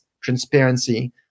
transparency